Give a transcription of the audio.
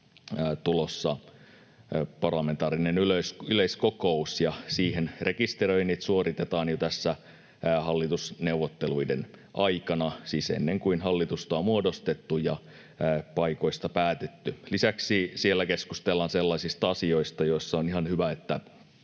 tulossa parlamentaarinen yleiskokous ja siihen rekisteröinnit suoritetaan jo tässä hallitusneuvotteluiden aikana, siis ennen kuin hallitusta on muodostettu ja paikoista päätetty. Lisäksi siellä keskustellaan sellaisista asioista, joissa on ihan hyvä, että